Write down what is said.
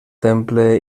temple